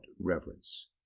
reverence